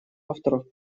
авторов